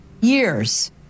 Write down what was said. years